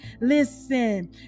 Listen